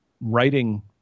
writing